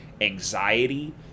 anxiety